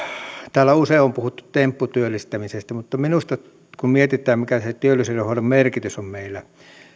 täällä usein on puhuttu tempputyöllistämisestä mutta minusta kun mietitään mikä se työllisyydenhoidon merkitys on meillä